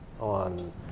on